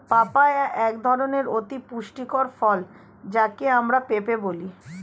papaya এক ধরনের অতি পুষ্টিকর ফল যাকে আমরা পেঁপে বলি